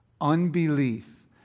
Unbelief